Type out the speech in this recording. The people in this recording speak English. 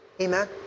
Amen